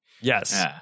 Yes